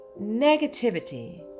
negativity